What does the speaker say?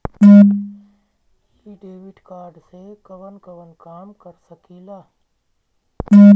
इ debit card से कवन कवन काम कर सकिला?